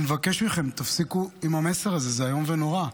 אני מבקש מכם, תפסיקו עם המסר הזה, זה איום ונורא.